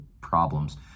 problems